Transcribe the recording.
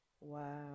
Wow